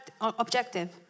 objective